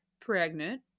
pregnant